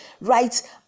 right